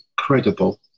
incredible